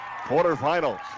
quarterfinals